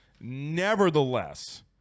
nevertheless